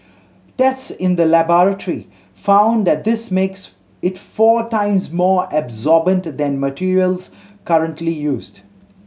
tests in the laboratory found that this makes it four times more absorbent than materials currently used